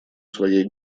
своей